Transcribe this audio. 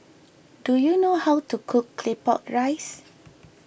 do you know how to cook Claypot Rice